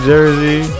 Jersey